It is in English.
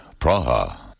Praha